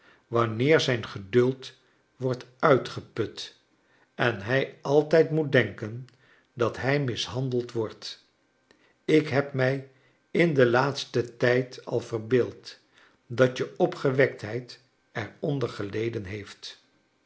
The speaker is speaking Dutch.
wanneer zijn geduld wordt uitgeput en hij altijd moet denken dat hij mishandeld wordt ik heb mij in den laatsten tijd al verbeeld dat je opgewektheid er onder geleden heeft